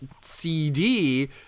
cd